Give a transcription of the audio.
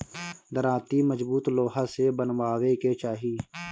दराँती मजबूत लोहा से बनवावे के चाही